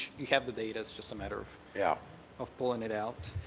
you have the data, it's just a matter of yeah of pulling it out.